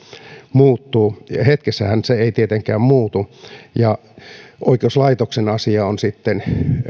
muuttuu ja hetkessähän se ei tietenkään muutu ja oikeuslaitoksen asia on sitten